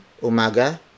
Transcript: umaga